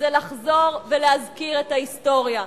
הוא לחזור ולהזכיר את ההיסטוריה.